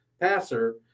passer